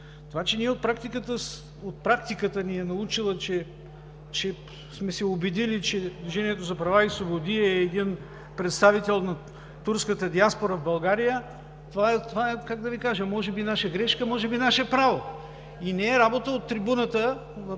Това, че практиката ни е научила, че сме се убедили, че „Движението за права и свободи“ е един представител на турската диаспора в България – това е, как да Ви кажа, може би наша грешка, може би наше право. И не е работа от трибуната – ако